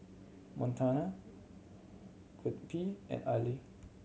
Montana Gottlieb and Allyn